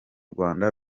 rwanda